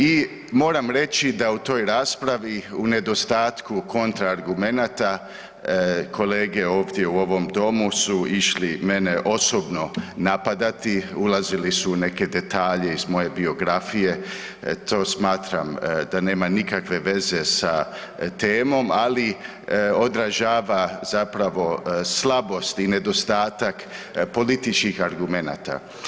I moram reći da u toj raspravi u nedostatku kontra argumenata kolege ovdje u ovom domu su išli mene osobno napadati, ulazili su u neke detalje iz moje biografije, to smatram da nema nikakve veze sa temom, ali odražava zapravo slabost i nedostatak političkih argumenata.